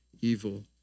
evil